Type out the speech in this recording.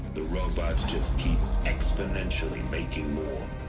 the robots just keep exponentially making more